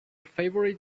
favorite